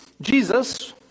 Jesus